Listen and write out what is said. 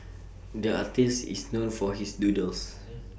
the artist is known for his doodles